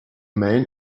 man